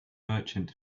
merchant